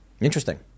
Interesting